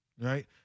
right